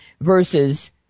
versus